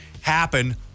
happen